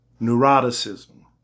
neuroticism